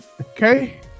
okay